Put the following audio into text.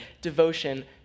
devotion